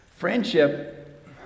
Friendship